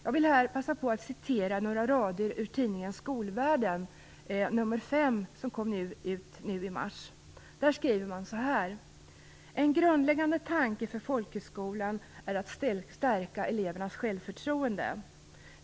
Jag vill här citera några rader ur tidningen Skolvärlden nr 5, som kommit nu i mars. Där skriver man: "En grundläggande tanke för folkhögskolan är att stärka självförtroendet.